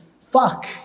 fuck